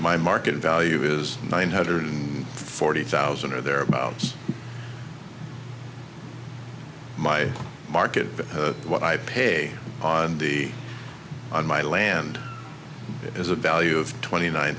my market value is nine hundred and forty thousand or thereabouts my market but what i pay on the on my land is a value of twenty nine